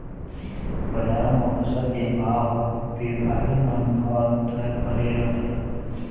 बजार म फसल के भाव ह बेपारी मन ह तय करे रथें